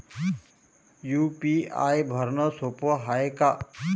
UPI भरनं सोप हाय का?